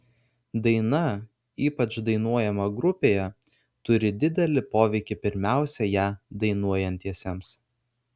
daina ypač dainuojama grupėje turi didelį poveikį pirmiausia ją dainuojantiesiems